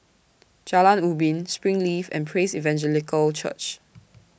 Jalan Ubin Springleaf and Praise Evangelical Church